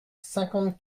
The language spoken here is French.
cinquante